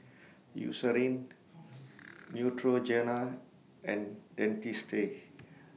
Eucerin Neutrogena and Dentiste